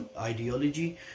ideology